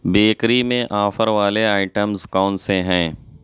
bakery میں offer والے items کون سے ہیں